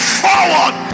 forward